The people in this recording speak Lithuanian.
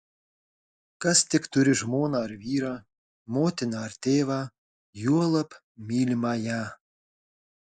kas tik turi žmoną ar vyrą motiną ar tėvą juolab mylimąją